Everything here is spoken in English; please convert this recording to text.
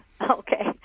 okay